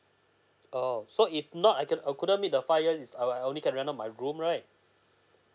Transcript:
oo so if not I can't I couldn't meet the five years I I only can rent out my room right